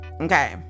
okay